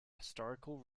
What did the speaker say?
historical